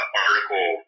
article